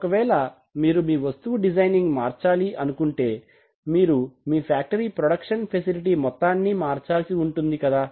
ఒకవేళ మీరు మీ వస్తువు డిజైనింగ్ మార్చాలి అనుకుంటే మీరు మీ ఫ్యాక్టరీ ప్రొడక్షన్ ఫెసిలిటీ మొత్తాన్ని మార్చాల్సి ఉంటుంది కదా